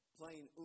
playing